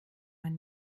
ein